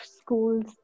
schools